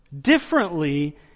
differently